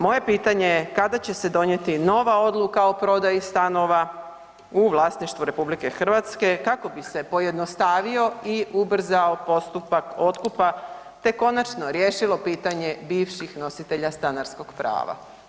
Moje pitanje je kada će se donijeti nova odluka o prodaji stanova u vlasništvu RH kako bi se pojednostavio i ubrzao postupak otkupa te konačno riješilo pitanje bivših nositelja stanarskog prava.